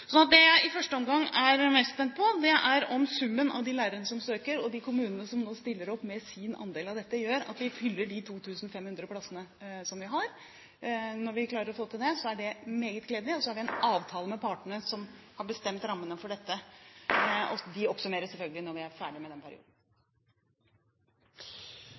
Det jeg i første omgang er mest spent på, er om summen av de lærerne som søker, og de kommunene som nå stiller opp med sin andel her, gjør at vi fyller de 2 500 plassene som vi har. Klarer vi å få til det, er det meget gledelig. Og så har vi en avtale med partene som har bestemt rammene for dette. De oppsummeres selvfølgelig når vi er ferdig med den perioden.